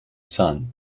sun